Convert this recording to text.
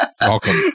welcome